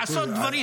לעשות דברים.